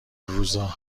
روزا